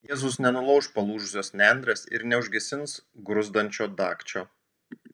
jėzus nenulauš palūžusios nendrės ir neužgesins gruzdančio dagčio